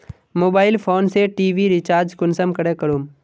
Mobile phone से TV recharge कुंसम करे करूम?